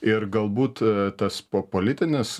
ir galbūt tas po politinis